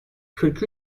kırk